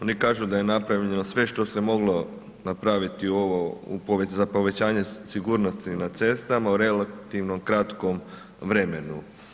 Oni kažu da je napravljeno sve što se moglo napraviti za povećanje sigurnosti na cestama u relativno kratkom vremenu.